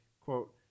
quote